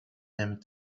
them